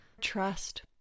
trust